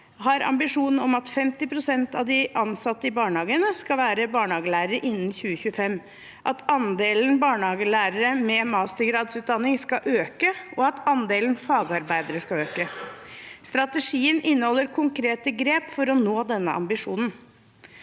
har en ambisjon om at 50 pst. av de ansatte i barnehagene skal være barnehagelærere innen 2025, at andelen barnehagelærere med mastergradsutdanning skal øke, og at andelen fagarbeidere skal øke. Strategien inneholder konkrete grep for å nå denne ambisjonen.